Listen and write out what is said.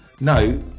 No